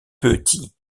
petit